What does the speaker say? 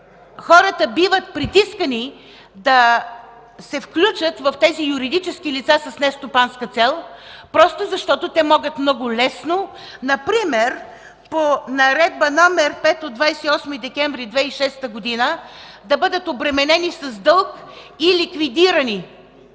хората биват притискани да се включат в тези юридически лица с нестопанска цел, просто защото те могат много лесно, например по Наредба № 5 от 28 декември 2006 г. да бъдат обременени с дълг и ликвидирани.